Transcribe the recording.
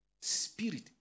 Spirit